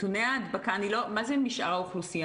בבתי הספר שלנו הכיתות הן לא באוויר הפתוח,